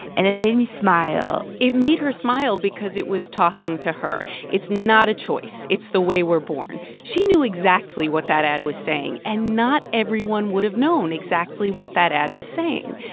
and it made me smile it made her smile because it was talking to her. it's not a choice. it's the way we're born. she knew exactly what that ad was saying, and not everyone would've known exactly what that ad was saying.